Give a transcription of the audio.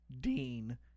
Dean